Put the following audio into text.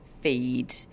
feed